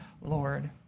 Lord